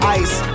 ice